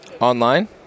Online